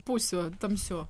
pusių tamsių